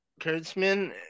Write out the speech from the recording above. Kurtzman